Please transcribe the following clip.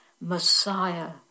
Messiah